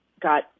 got